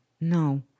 No